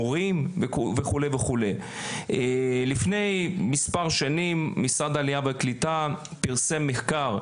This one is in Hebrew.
מורים וכו' לפני מספר שנים משרד העלייה והקליטה פרסם מחקר.